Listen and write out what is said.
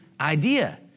idea